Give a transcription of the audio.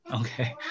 okay